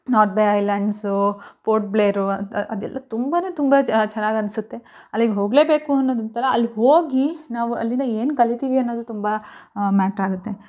north bay islands port Blair ಅಂತ ಅದೆಲ್ಲ ತುಂಬನೇ ತುಂಬ ಚೆನ್ನಾಗಿ ಅನ್ನಿಸುತ್ತೆ ಅಲ್ಲಿಗೆ ಹೋಗಲೇಬೇಕು ಅನ್ನೋದು ಒಂಥರ ಅಲ್ಲಿ ಹೋಗಿ ನಾವು ಅಲ್ಲಿಂದ ಏನು ಕಲಿತೀವಿ ಅನ್ನೋದು ತುಂಬ ಮ್ಯಾಟ್ರ್ ಆಗುತ್ತೆ